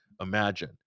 imagine